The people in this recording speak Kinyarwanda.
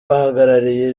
bahagarariye